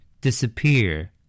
Disappear